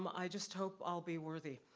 i just hope i'll be worthy.